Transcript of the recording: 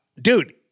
dude